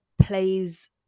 plays